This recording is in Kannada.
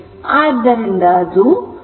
ಆದ್ದರಿಂದ ಅದು 2